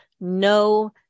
no